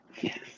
Yes